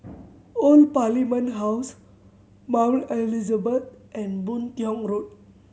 Old Parliament House Mount Elizabeth and Boon Tiong Road